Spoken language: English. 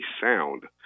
sound